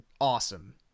awesome